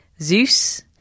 Zeus